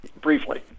Briefly